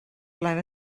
flaen